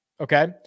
Okay